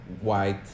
White